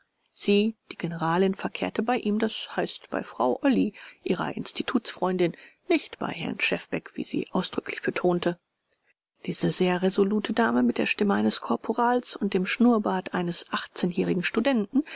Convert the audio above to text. sie die generalin verkehrte bei ihm das heißt bei frau olly ihrer institutsfreundin nicht bei herrn schefbeck wie sie ausdrücklich betonte diese sehr resolute dame mit der stimme eines korporals und dem schnurrbart eines achtzehnjährigen studenten